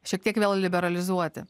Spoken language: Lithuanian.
šiek tiek vėl liberalizuoti